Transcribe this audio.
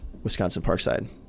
Wisconsin-Parkside